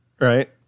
Right